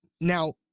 Now